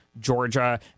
Georgia